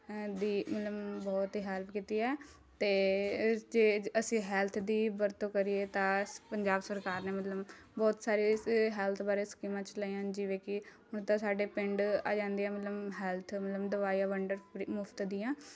ਦੀ ਮਤਲਬ ਬਹੁਤ ਹੀ ਹੈਲਪ ਕੀਤੀ ਹੈ ਅਤੇ ਜੇ ਜ ਅਸੀਂ ਹੈਲਥ ਦੀ ਵਰਤੋਂ ਕਰੀਏ ਤਾਂ ਸ ਪੰਜਾਬ ਸਰਕਾਰ ਨੇ ਮਤਲਬ ਬਹੁਤ ਸਾਰੇ ਸ ਹੈਲਥ ਬਾਰੇ ਸਕੀਮਾਂ ਚਲਾਈਆਂ ਹਨ ਜਿਵੇਂ ਕਿ ਹੁਣ ਤਾਂ ਸਾਡੇ ਪਿੰਡ ਆ ਜਾਂਦੀ ਹੈ ਮਤਲਬ ਹੈਲਥ ਮਤਲਬ ਦਵਾਈਆ ਵੰਡਣ ਫ੍ਰੀ ਮੁਫਤ ਦੀਆਂ